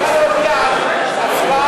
עכשיו הם מסכימים.